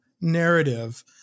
narrative